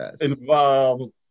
involved